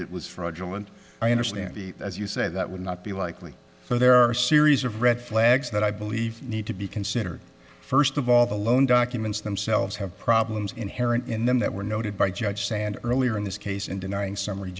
it was fraudulent i understand he as you say that would not be likely so there are series of red flags that i believe need to be considered first of all the loan documents themselves have problems inherent in them that were noted by judge sand earlier in this case in denying summary